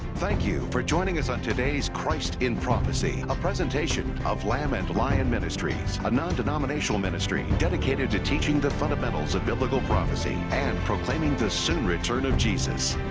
thank you for joining us on today's christ in prophecy, a presentation of lamb and lion ministries, a non-denominational ministry dedicated to teaching the fundamentals of biblical prophecy and proclaiming the soon return of jesus.